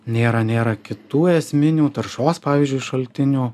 nėra nėra kitų esminių taršos pavyzdžiui šaltinių